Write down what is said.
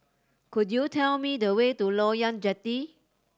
could you tell me the way to Loyang Jetty